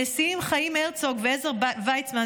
הנשיאים חיים הרצוג ועזר ויצמן,